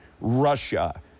Russia